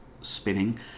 spinning